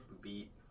beat